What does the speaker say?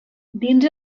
dins